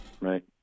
Right